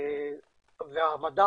אני